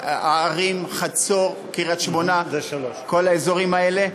הערים חצור, קריית-שמונה, כל האזורים האלה.